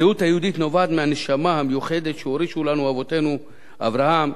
הזהות היהודית נובעת מהנשמה המיוחדת שהורישו לנו אבותינו אברהם,